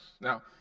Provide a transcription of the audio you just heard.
Now